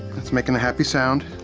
it's making a happy sound.